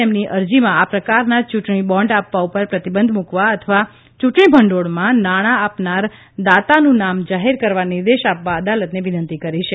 તેમની અરજીમાં આ પ્રકારના ચૂંટણી બોન્ડ આપવા ઉપર પ્રતિબંધ મુકવા અથવા ચૂંટણી ભંડોળમાં નાણા આપનાર દાતાનું નામ જાહેર કરવા નિર્દેશ આપવા અદાલતને વિનંતી કરી છે